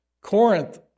Corinth